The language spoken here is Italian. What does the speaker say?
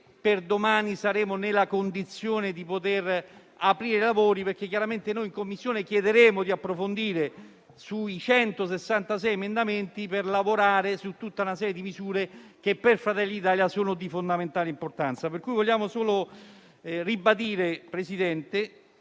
per domani saremo nella condizione di poter discutere in Assemblea, perché chiaramente noi in Commissione chiederemo di approfondire i 166 emendamenti, per lavorare su tutta una serie di misure che per Fratelli d'Italia sono di fondamentale importanza. Vogliamo solo ribadire, Presidente,